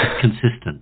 consistent